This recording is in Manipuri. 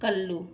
ꯀꯜꯂꯨ